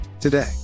today